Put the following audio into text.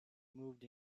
moved